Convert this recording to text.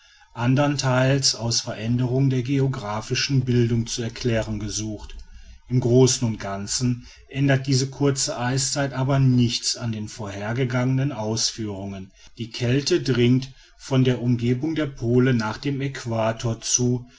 andernteils aus veränderungen der geographischen bildung zu erklären gesucht im großen und ganzen ändert diese kurze eiszeit aber nichts an den vorhergegangenen ausführungen die kälte dringt von der umgegend der pole nach dem äquator zu